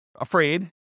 afraid